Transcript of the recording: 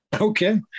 Okay